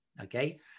Okay